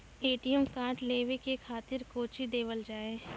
ATM card लेवे के खातिर कौंची देवल जाए?